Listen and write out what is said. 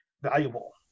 valuable